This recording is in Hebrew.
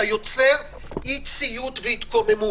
אתה יוצר אי-ציות והתקוממות.